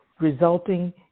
resulting